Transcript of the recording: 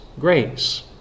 grace